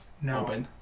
No